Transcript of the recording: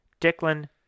Declan